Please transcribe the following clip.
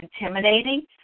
intimidating